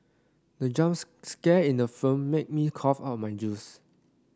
the jumps scare in the film made me cough out my juice